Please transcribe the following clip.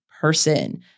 person